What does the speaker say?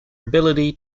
ability